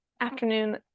afternoon